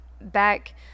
Back